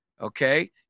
okay